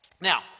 now